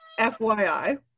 FYI